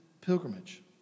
pilgrimage